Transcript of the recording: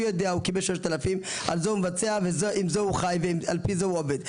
הוא קיבל 3,000 את זה הוא מבצע ועם זה הוא חיי ועם פי זה הוא עובד,